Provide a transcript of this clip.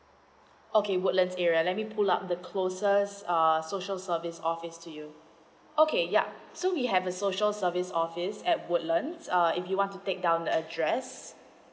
okay woodlands area let me pull up the closest err social service office to you okay yeah so we have a social service office at woodlands uh if you want to take down the address